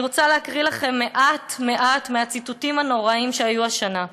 אני רוצה להקריא לכם מעט מעט מהציטוטים הנוראים שהיו השנה.